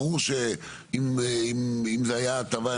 ברור שאם זו הייתה הטבה,